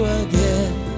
again